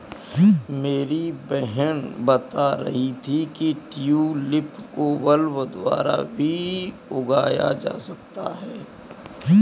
मेरी बहन बता रही थी कि ट्यूलिप को बल्ब द्वारा भी उगाया जा सकता है